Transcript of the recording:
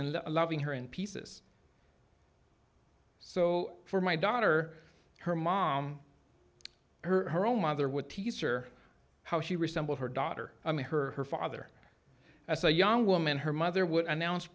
and loving her in pieces so for my daughter her mom her own mother would teach her how she resembled her daughter i mean her father as a young woman her mother would announce